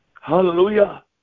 Hallelujah